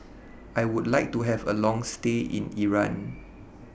I Would like to Have A Long stay in Iran